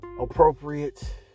appropriate